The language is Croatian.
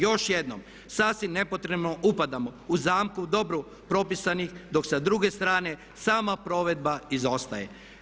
Još jednom, sasvim nepotrebno upadamo u zamku dobro propisanih, dok sa druge strane sama provedba izostaje.